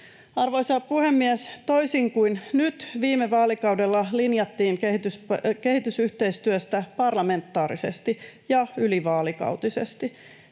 Arvoisa puhemies! Toisin kuin nyt, viime vaalikaudella linjattiin kehitysyhteistyöstä parlamentaarisesti ja ylivaalikautisesti.